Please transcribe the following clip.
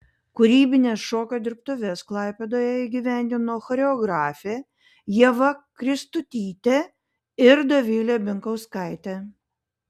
kūrybines šokio dirbtuves klaipėdoje įgyvendino choreografė ieva kristutytė ir dovilė binkauskaitė